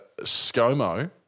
ScoMo